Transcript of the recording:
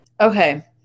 Okay